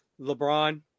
LeBron